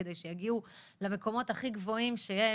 כדי שיגיעו למקומות הכי גבוהים שיש.